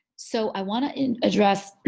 so i wanna and address